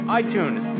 iTunes